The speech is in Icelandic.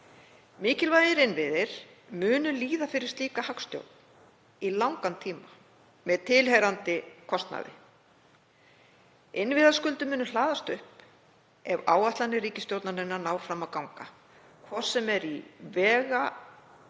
Mikilvægir innviðir munu líða fyrir slíka hagstjórn í langan tíma með tilheyrandi kostnaði. Innviðaskuldir munu hlaðast upp ef áætlanir ríkisstjórnarinnar ná fram að ganga, hvort sem er í vega-